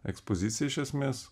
ekspozicija iš esmės